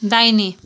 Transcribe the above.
दाहिने